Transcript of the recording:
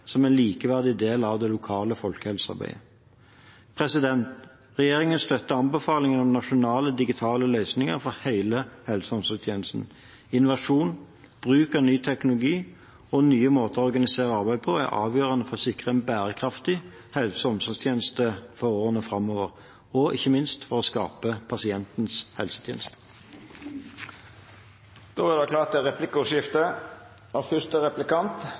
som en likeverdig del av det lokale folkehelsearbeidet. Regjeringen støtter anbefalingen om nasjonale, digitale løsninger for hele helse- og omsorgstjenesten. Innovasjon, bruk av ny teknologi og nye måter å organisere arbeidet på er avgjørende for å sikre en bærekraftig helse- og omsorgstjeneste for årene framover og – ikke minst – for å skape pasientens helsetjeneste. Det vert replikkordskifte. Statsbudsjettet handler først og